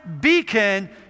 beacon